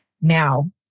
Now